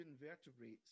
invertebrates